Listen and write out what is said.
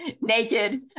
naked